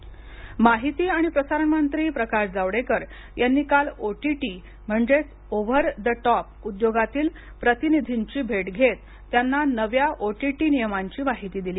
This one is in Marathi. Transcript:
जावडेकर ओटीटी माहिती आणि प्रसारण मंत्री प्रकाश जावडेकर यांनी काल ओटीटी म्हणजेच ओव्हर द टॉप उद्योगातील प्रतिनिधींची भेट घेत त्यांना नव्या ओटीटी नियमांची माहिती दिली